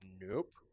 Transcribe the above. nope